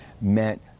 meant